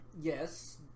Yes